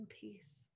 peace